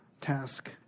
task